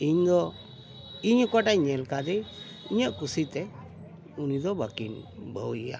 ᱤᱧ ᱫᱚ ᱤᱧ ᱚᱠᱚᱭᱴᱟᱜ ᱤᱧ ᱧᱮᱞ ᱠᱟᱫᱮ ᱤᱧᱟᱹᱜ ᱠᱩᱥᱤ ᱛᱮ ᱩᱱᱤ ᱫᱚ ᱵᱟᱹᱠᱤᱱ ᱵᱟᱹᱦᱩᱭᱮᱭᱟ